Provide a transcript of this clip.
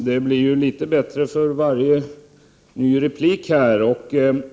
Herr talman! Det blir litet bättre för varje nytt inlägg.